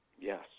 Yes